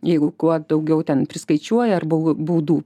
jeigu kuo daugiau ten priskaičiuoja ar bau baudų